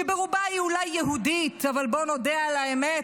שברובה היא אולי יהודית, אבל בואו נודה על האמת,